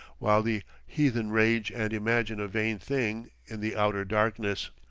while the heathen rage and imagine a vain thing, in the outer darkness.